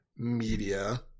media